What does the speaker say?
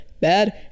bad